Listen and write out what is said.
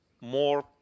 more